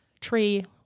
tree